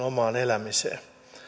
omaan elämiseen